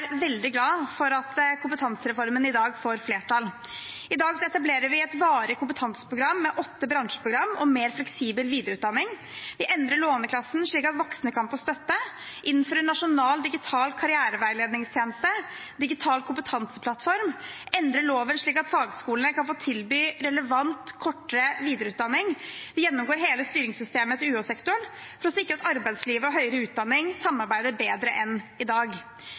veldig glad for at kompetansereformen i dag får flertall. I dag etablerer vi et varig kompetanseprogram med åtte bransjeprogram og mer fleksibel videreutdanning. Vi endrer Lånekassen, slik at voksne kan få støtte, innfrir nasjonal digital karriereveiledningstjeneste, digital kompetanseplattform, endrer loven slik at fagskolene kan få tilby relevant, kortere videreutdanning. Vi gjennomgår hele styringssystemet til UH-sektoren for å sikre at arbeidsliv og høyere utdanning samarbeider bedre enn i dag.